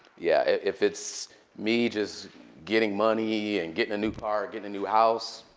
yeah, if it's me just getting money and getting a new car, getting a new house,